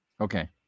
Okay